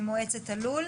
ממועצת הלול.